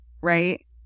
right